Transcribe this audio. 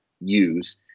use